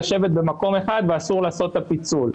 לשבת במקום אחד ואסור לעשות את הפיצוי.